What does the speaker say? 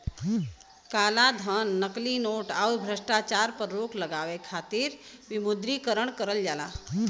कालाधन, नकली नोट, आउर भ्रष्टाचार पर रोक लगावे खातिर विमुद्रीकरण करल जाला